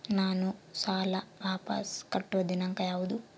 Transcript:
ನಾನು ಸಾಲ ವಾಪಸ್ ಕಟ್ಟುವ ದಿನಾಂಕ ಯಾವುದು?